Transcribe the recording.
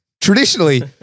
Traditionally